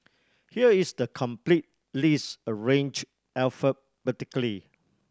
here is the complete list arranged alphabetically